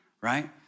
right